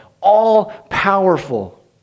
All-powerful